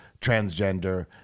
transgender